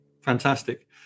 Fantastic